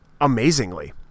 Amazingly